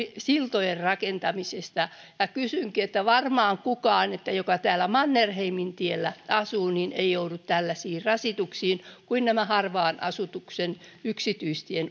siltojen rakentamisesta kysynkin varmaan kukaan joka täällä mannerheimintiellä asuu ei joudu tällaisiin rasituksiin kuin nämä harvan asutuksen yksityistien